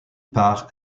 part